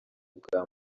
bwa